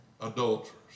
adulterers